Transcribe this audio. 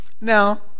Now